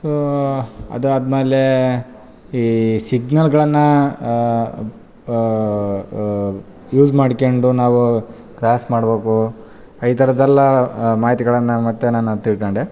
so ಅದಾದಮೇಲೆ ಈ ಸಿಗ್ನಲ್ಗಳನ್ನು ಯೂಸ್ ಮಾಡಿಕೊಂಡು ನಾವು ಕ್ರಾಸ್ ಮಾಡ್ಬೇಕು ಈ ಥರದೆಲ್ಲ ಮಾಹಿತಿಗಳನ್ನು ಮತ್ತು ನಾನು ಅದು ತಿಳ್ಕೊಂಡೆ